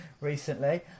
recently